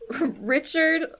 Richard